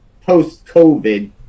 post-covid